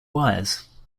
wires